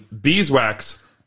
beeswax